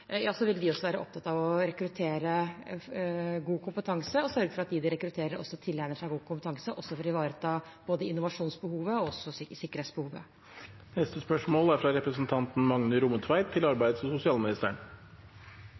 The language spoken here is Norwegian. god kompetanse og sørge for at de som de rekrutterer, også tilegner seg god kompetanse, for å ivareta både innovasjonsbehovet og sikkerhetsbehovet. «I 2019 vedtok Stortinget å reversera perioden ein kan vera permittert, til